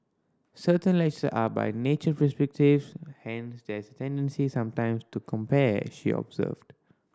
certain lecture are by nature prescriptive hence there's a tendency sometime to compare she observed